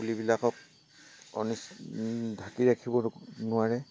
পুলিবিলাকক অনিষ্ ঢাকি ৰাখিব নোৱাৰে